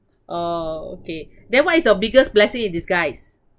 orh okay then what is your biggest blessing in disguise